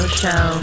show